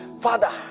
Father